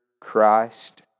Christ